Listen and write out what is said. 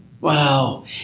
Wow